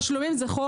הוא